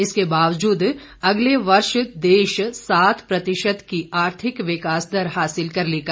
इसके बावजूद अगले वर्ष देश सात प्रतिशत की आर्थिक विकास दर हासिल कर लेगा